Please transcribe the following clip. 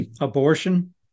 abortion